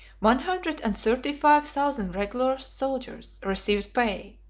one hundred and thirty-five thousand regular soldiers received pay,